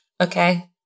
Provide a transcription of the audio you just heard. Okay